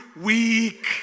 weak